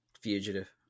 fugitive